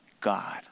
God